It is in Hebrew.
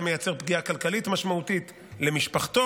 זה מייצר פגיעה כלכלית משמעותית למשפחתו,